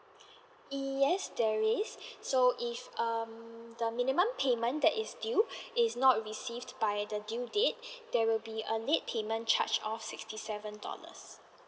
yes there is so if um the minimum payment that is due is not received by the due date there will be a late payment charge of sixty seven dollars